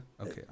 Okay